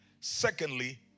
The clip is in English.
Secondly